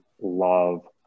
love